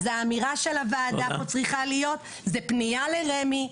האמירה של הוועדה פה צריכה להיות בפנייה לרמ"י,